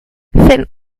finn